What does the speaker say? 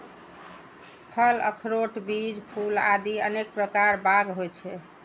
फल, अखरोट, बीज, फूल आदि अनेक प्रकार बाग होइ छै